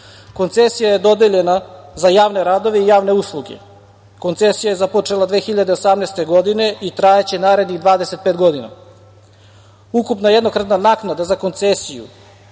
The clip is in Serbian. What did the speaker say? Tesla“.Koncesija je dodeljena za javne radove i javne usluge. Koncesija je započela 2018. godine i trajaće narednih 25 godina. Ukupna jednokratna naknada za Koncesiju